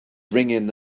ringing